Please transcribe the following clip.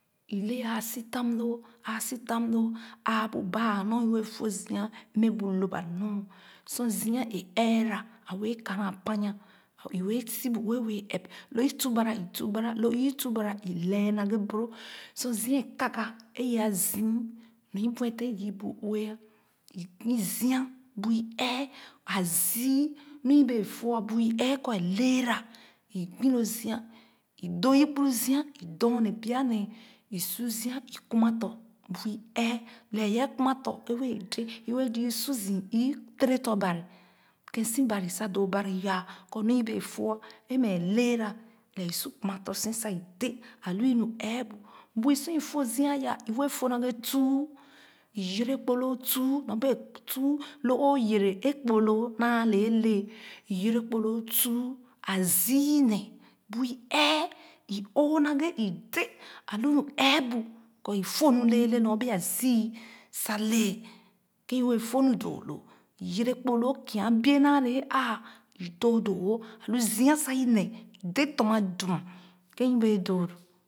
E le āā sitan loo aa sitan loo aa bu baa anɔr i bee fo zia mmɛ bu lōp anɔr sor zia ee ɛra a wɛɛ kana apanya i wɛɛ si buue wɛɛ ep loo tubaara i tubara lo ù tubara i lɛɛ naghe boro sor zia ee kaga ee ye a zii nɔr i butèn yii bu ue i gbi zia bui ɛɛh a zii lu i bee fo bui ɛɛh kɔ a leera i gbi loo zia doo i kpuru zia i dorne pya nee su zia i kunaa tɔ̃ bui ɛɛh lɛɛ yeeh kunna tɔ̃ wɛɛ dèè i wɛɛ zii su zii ù tere tɔ̃ Bani kèn si Ban sa doo Ban yaa kɔ nu i bee fo ee mɛ lɛɛra lɛ i su kunna tɔ̃ sa i dēē a lu i nu ɛɛbu buo sor i fo zia yah i wɛɛ fo naghe tuu i yere kpor loo tuu nyɔ bee tuu loo o yere kpor loo naa le alɛ i yɛrɛ kpor loo tuu a zii ine bui ɛɛh o oo naghe i dee a lu nu ɛɛbu kɔ i fo nu lɛɛlɛ nyor bee kɔ a zù sa lɛɛ kèn i wɛɛ fo nu doo lo i yɛrɛ kpor loo kia a bie naa le ee āā i doo doowo a lo zùa sa ine i dēē tonma dumn kèn i bee dooro